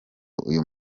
uyu